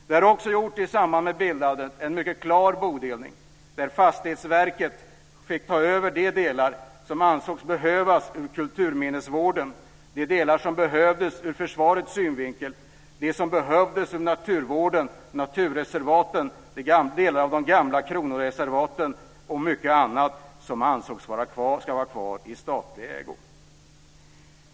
Det har också gjorts i samband med bildandet en mycket klar bodelning där Fastighetsverket fick ta över de delar som ansågs behövas för kulturminnesvården, de delar som behövdes ur försvarets synvinkel, det som behövdes för naturvården och naturreservaten, delar av de gamla kronoreservaten och mycket annat som ansågs behövas vara kvar i statligt ägo.